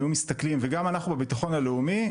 וגם אנחנו בביטחון הלאומי,